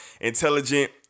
intelligent